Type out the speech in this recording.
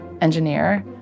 engineer